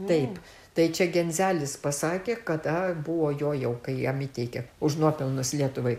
taip tai čia genzelis pasakė kada buvo jo jau kai jam įteikia už nuopelnus lietuvai